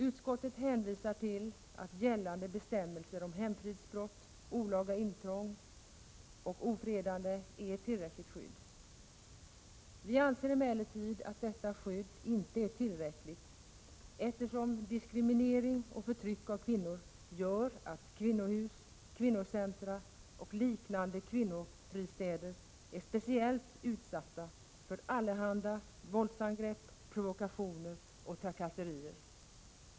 Utskottet hänvisar till att gällande bestämmelser om hemfridsbrott, olaga intrång och ofredande är tillräckligt skydd. Vi anser emellertid att detta skydd inte är tillräckligt, eftersom diskriminering och förtryck av kvinnor gör att kvinnohus, kvinnocentra och liknande kvinnofristäder är speciellt utsatta för allehanda våldsangrepp, provokationer och trakasserier.